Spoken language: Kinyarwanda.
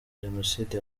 jenoside